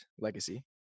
legacy